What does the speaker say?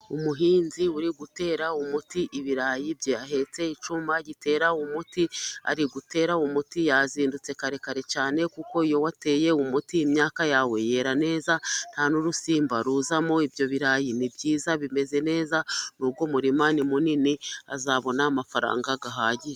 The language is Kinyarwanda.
Umuhinzi uri gutera umuti ibirayi bye, ahetse icyuma gitera umuti, ari gutera umuti, yazindutse kare kare cyane, kuko iyo wateye umuti, imyaka yawe yera neza, nta n'urusimba ruzamo, ibyo birarayi ni byiza bimeze neza, n'uwo murima ni munini, azabona amafaranga ahagije.